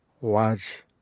watch